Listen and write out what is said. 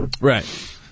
Right